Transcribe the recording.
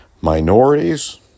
Minorities